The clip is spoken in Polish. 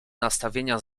nastawienia